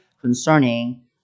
concerning